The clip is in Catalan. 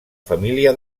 família